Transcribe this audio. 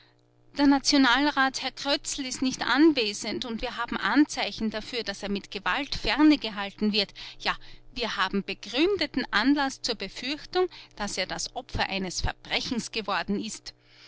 der nationalrat herr krötzl ist nicht anwesend und wir haben anzeichen dafür daß er mit gewalt ferne gehalten wird ja wir haben begründeten anlaß zur befürchtung daß er das opfer eines verbrechens geworden ist